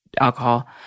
alcohol